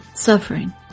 suffering